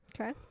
okay